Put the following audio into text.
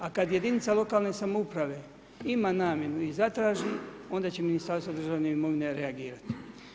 A kad jedinica lokalne samouprave, ima namjenu i zatraži, onda će Ministarstvo državne imovine reagirati.